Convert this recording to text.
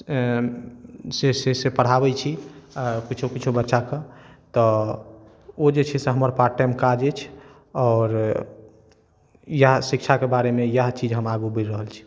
पढ़ाबै छी किछौ किछौ बच्चाके तऽ ओ जे छै से हमर पार्ट टाइम काज अछि आओर इएहे शिक्षाके बारेमे इएह चीज हम आगू बढ़ि रहल छी